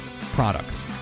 product